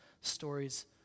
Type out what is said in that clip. stories